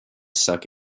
suck